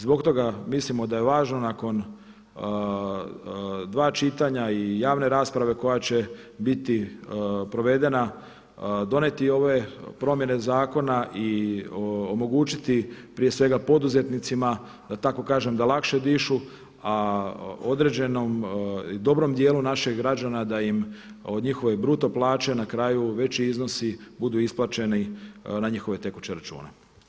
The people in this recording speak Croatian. Zbog toga mislimo da je važno nakon dva čitanja i javne rasprave koja će biti provedena donijeti ove promjene zakona i omogućiti prije svega poduzetnicima da tako kažem da lakše dišu, a određenom dobrom dijelu naših građana da im njihove bruto plaće na kraju veći iznosi budu isplaćeni na njihove tekuće račune.